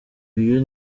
uyu